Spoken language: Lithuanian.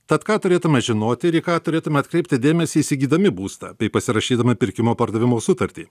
tad ką turėtume žinoti ir į ką turėtume atkreipti dėmesį įsigydami būstą bei pasirašydami pirkimo pardavimo sutartį